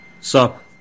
Sup